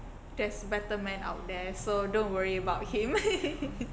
there's better men out there so don't worry about him